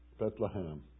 Bethlehem